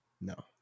No